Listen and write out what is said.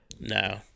No